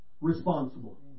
responsible